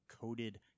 coated